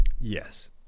yes